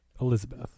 Elizabeth